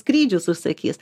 skrydžius užsakys